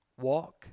walk